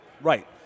right